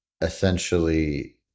essentially